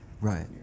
Right